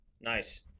Nice